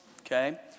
okay